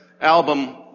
album